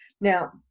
Now